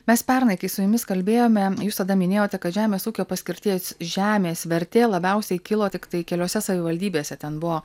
mes pernai kai su jumis kalbėjome jūs tada minėjote kad žemės ūkio paskirties žemės vertė labiausiai kilo tiktai keliose savivaldybėse ten buvo